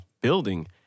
building